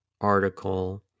article